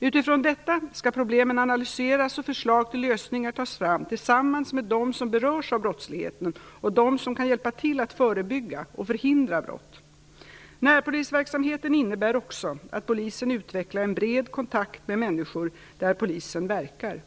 Utifrån detta skall problemen analyseras och förslag till lösningar tas fram tillsammans med dem som berörs av brottsligheten och dem som kan hjälpa till att förebygga och förhindra brott. Närpolisverksamheten innebär också att polisen utvecklar en bred kontakt med människor där polisen verkar.